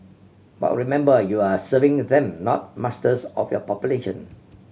but remember you are serving them not masters of your population